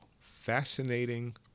Fascinating